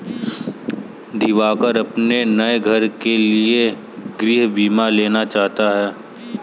दिवाकर अपने नए घर के लिए गृह बीमा लेना चाहता है